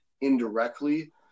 indirectly